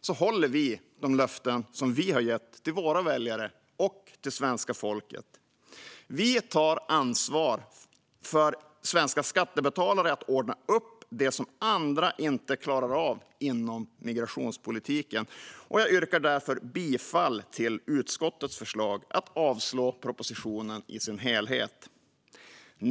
förslag håller vi de löften som vi har gett våra väljare och det svenska folket. Inför svenska skattebetalare tar vi ansvar för att ordna upp det som andra inte klarar av inom migrationspolitiken. Jag yrkar därför bifall till utskottets förslag att avslå propositionen i dess helhet.